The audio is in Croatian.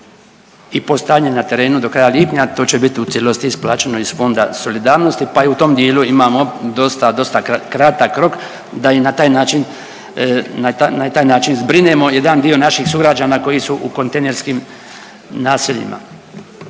i postavljanje na terenu do kraja lipnja to će bit u cijelosti isplaćeno iz Fonda solidarnosti pa i u tom dijelu imamo dosta, dosta kratak rok da i na taj način zbrinemo jedan dio naših sugrađana koji su u kontejnerskim naseljima